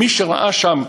מי שראה שם,